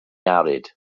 arid